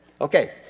Okay